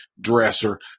dresser